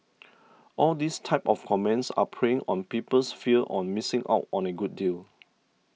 all these type of comments are preying on people's fear on missing out on a good deal